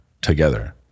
together